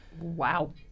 Wow